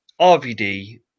RVD